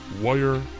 wire